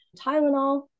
Tylenol